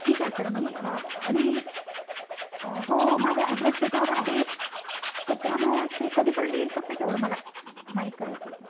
ठीक आहे सर मी आणि हो हो माझा ॲड्रेस त्याच्यावर आहेच तर त्यामुळं ते कधीपर्यंत येईल फक्त तेवढं मला माहीत करायचं होतं